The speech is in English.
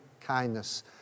kindness